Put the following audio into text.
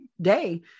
day